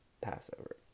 Passover